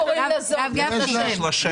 והשם שלה הוא ג'ידא.